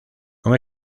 con